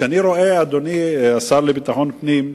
אדוני השר לביטחון פנים,